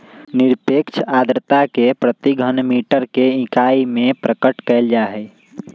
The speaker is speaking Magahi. निरपेक्ष आर्द्रता के प्रति घन मीटर के इकाई में प्रकट कइल जाहई